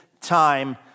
time